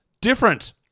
different